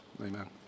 amen